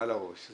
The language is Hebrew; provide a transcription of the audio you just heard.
על הראש,